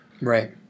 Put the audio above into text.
right